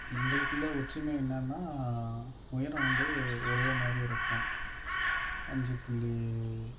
எங்களுக்குள்ள ஒற்றுமை என்னன்னா உயரம் வந்து ஒரே மாதிரி இருக்கும் அஞ்சு புள்ளி